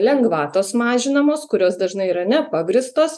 lengvatos mažinamos kurios dažnai yra nepagrįstos